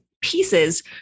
pieces